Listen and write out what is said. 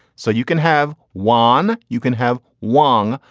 so you can have one. you can have wang.